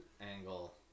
angle